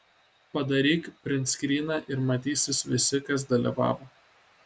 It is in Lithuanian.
padaryk printskryną ir matysis visi kas dalyvavo